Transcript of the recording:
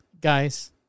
Guys